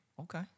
Okay